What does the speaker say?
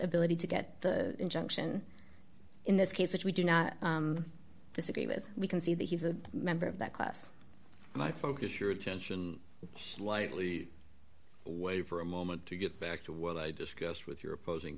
ability to get the injunction in this case which we do not disagree with we can see that he's a member of that class and i focus your attention slightly way for a moment to get back to what i discussed with your opposing